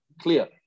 Clear